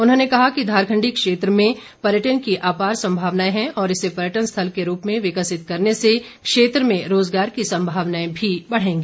उन्होंने कहा कि धारकंडी क्षेत्र में पर्यटन की अपार सम्भावनाएं है और इसे पर्यटन स्थल के रूप में विकसित करने से क्षेत्र में रोजगार की सम्भावनाएं भी बढ़ेंगी